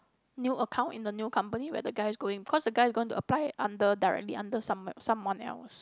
new account in the new company where the guy is going because the going to apply under directly under some someone else